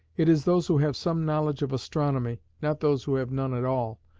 it is those who have some knowledge of astronomy, not those who have none at all,